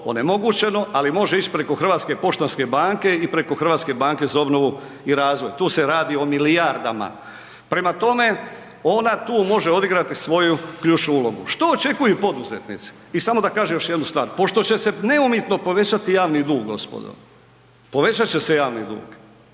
onemogućeno, ali može ići preko HPB-a i preko HBOR-a tu se radi o milijardama. Prema tome, ona tu može odigrati svoju ključnu ulogu. I samo da kažem još jednu stvar, pošto će se neumitno povećati javni dug gospodo, povećat će se javni dug,